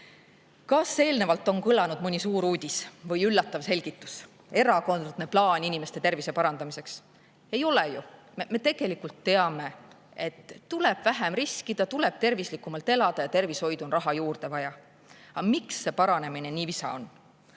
ise. Kas eelnevalt on kõlanud mõni suur uudis või üllatav selgitus, erakordne plaan inimeste tervise parandamiseks? Ei ole ju. Tegelikult me teame, et tuleb vähem riskida, tuleb tervislikumalt elada ja tervishoidu on raha juurde vaja. Aga miks see paranemine nii visa